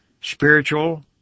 spiritual